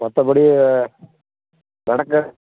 மற்றப்படி நடக்க